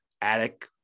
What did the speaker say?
attic